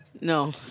no